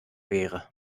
wäre